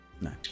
No